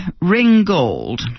Ringgold